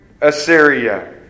Assyria